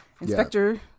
inspector